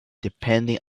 depending